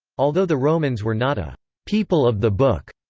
although the romans were not a people of the book,